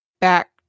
back